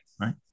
right